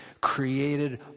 created